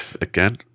again